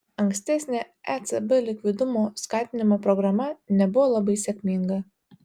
ankstesnė ecb likvidumo skatinimo programa nebuvo labai sėkminga